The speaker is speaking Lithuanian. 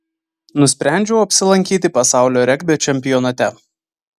nusprendžiau apsilankyti pasaulio regbio čempionate